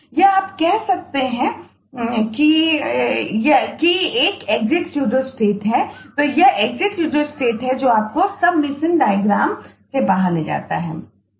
यह आप कह सकते हैं कि एक एग्जिट स्यूडोस्टेट से बाहर ले जाता है